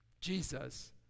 Jesus